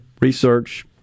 research